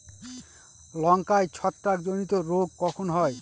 লঙ্কায় ছত্রাক জনিত রোগ কখন হয়?